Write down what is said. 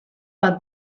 bat